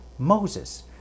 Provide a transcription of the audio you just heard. Moses